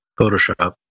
photoshop